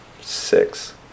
six